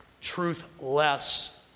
truthless